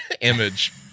image